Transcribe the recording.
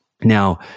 Now